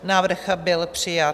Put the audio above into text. Návrh byl přijat.